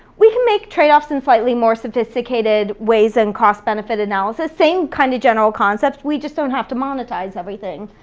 we can make trade-offs in slightly more sophisticated ways than and cost benefit analysis. same kind of general concepts we just don't have to monetize everything.